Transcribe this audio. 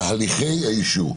תהליכי האישור.